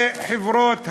זה חברות הסלולר,